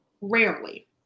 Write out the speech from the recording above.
Rarely